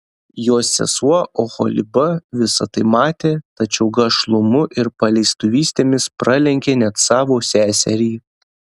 jos sesuo oholiba visa tai matė tačiau gašlumu ir paleistuvystėmis pralenkė net savo seserį